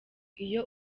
iyo